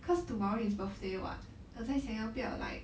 cause tomorrow his birthday [what] 我在想要不要 like